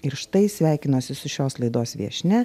ir štai sveikinuosi su šios laidos viešnia